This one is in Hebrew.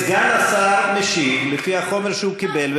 סגן השר משיב לפי החומר שהוא קיבל,